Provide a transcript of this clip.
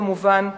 כמובן,